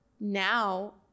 now